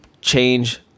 change